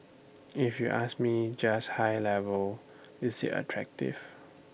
if you ask me just high level is IT attractive